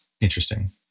Interesting